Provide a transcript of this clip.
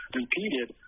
repeated